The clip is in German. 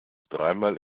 dreimal